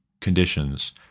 conditions